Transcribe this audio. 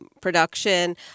production